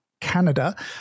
Canada